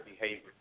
behavior